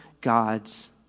God's